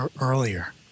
earlier